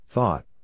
Thought